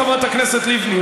חברת הכנסת לבני?